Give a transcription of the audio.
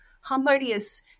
harmonious